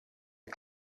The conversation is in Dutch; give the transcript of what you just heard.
een